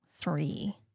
three